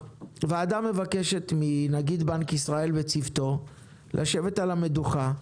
הוועדה מבקשת מבנק ישראל וצוותו לשבת על המדוכה,